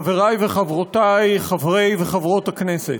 חברי וחברותי חברי וחברות הכנסת,